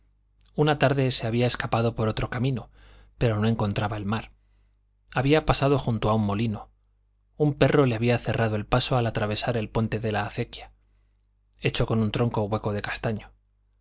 una tarde se había escapado por otro camino pero no encontraba el mar había pasado junto a un molino un perro le había cerrado el paso al atravesar el puente de la acequia hecho con un tronco hueco de castaño